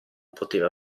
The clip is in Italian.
poteva